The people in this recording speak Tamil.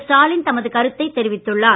ஸ்டாலின் தமது கருத்தை தெரிவித்துள்ளார்